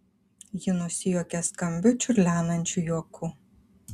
ji nusijuokė skambiu čiurlenančiu juoku